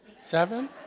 Seven